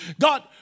God